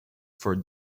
for